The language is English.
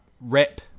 rep